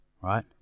right